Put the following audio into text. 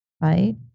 right